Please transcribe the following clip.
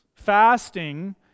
Fasting